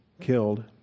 killed